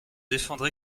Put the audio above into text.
défendre